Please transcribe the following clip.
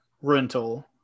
rental